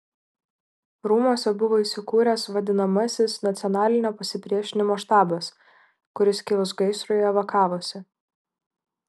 rūmuose buvo įsikūręs vadinamasis nacionalinio pasipriešinimo štabas kuris kilus gaisrui evakavosi